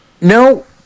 No